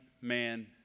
man